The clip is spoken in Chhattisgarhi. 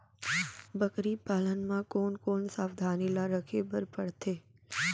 बकरी पालन म कोन कोन सावधानी ल रखे बर पढ़थे?